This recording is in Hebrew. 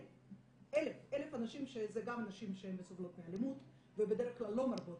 1000 אנשים שזה גם נשים שסובלות מאלימות ובדרך כלל לא מרבות